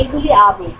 এগুলি আবেগ